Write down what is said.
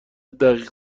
دقیق